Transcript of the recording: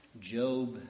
Job